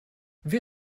wir